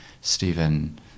Stephen